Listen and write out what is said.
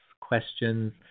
questions